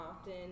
often